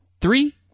three